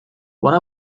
one